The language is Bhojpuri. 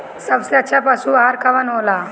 सबसे अच्छा पशु आहार कवन हो ला?